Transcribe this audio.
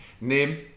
Name